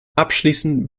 abschließend